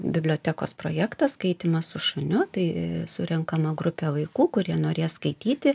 bibliotekos projektas skaitymas su šuniu tai surenkama grupė vaikų kurie norės skaityti